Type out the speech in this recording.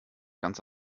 ganz